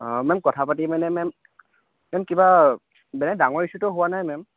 অঁ মেম কথা পাতি মানে মেম মেম কিবা বেলেগ ডাঙৰ ইছ্যুতো হোৱা নাই মেম